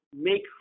make